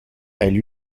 elle